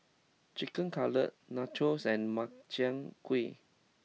Chicken Cutlet Nachos and Makchang gui